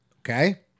Okay